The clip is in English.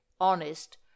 honest